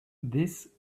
this